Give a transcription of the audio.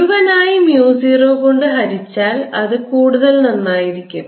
മുഴുവനായി mu 0 കൊണ്ട് ഹരിച്ചാൽ അത് കൂടുതൽ നന്നായിരിക്കും